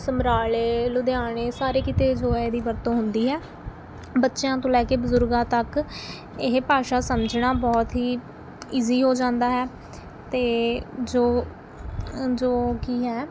ਸਮਰਾਲੇ ਲੁਧਿਆਣੇ ਸਾਰੇ ਕਿਤੇ ਜੋ ਹੈ ਇਹਦੀ ਵਰਤੋਂ ਹੁੰਦੀ ਹੈ ਬੱਚਿਆਂ ਤੋਂ ਲੈ ਕੇ ਬਜ਼ੁਰਗਾਂ ਤੱਕ ਇਹ ਭਾਸ਼ਾ ਸਮਝਣਾ ਬਹੁਤ ਹੀ ਇਜ਼ੀ ਹੋ ਜਾਂਦਾ ਹੈ ਅਤੇ ਜੋ ਜੋ ਕੀ ਹੈ